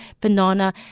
banana